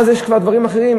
אז יש כבר דברים אחרים.